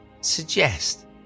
suggest